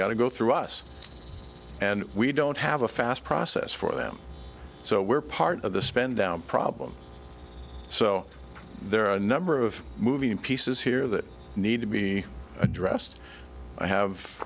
got to go through us and we don't have a fast process for them so we're part of the spend down problem so there are a number of moving pieces here that need to be addressed i have